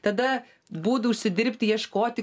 tada būdų užsidirbti ieškoti